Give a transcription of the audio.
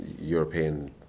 European